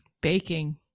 baking